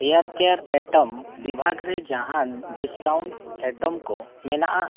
hair care item ᱵᱤᱵᱷᱟᱜᱽ ᱨᱮ ᱡᱟᱦᱟᱱ ᱰᱤᱥᱠᱟᱣᱩᱱᱴ ᱟᱭᱴᱮᱢ ᱠᱚ ᱢᱮᱱᱟᱜᱼᱟ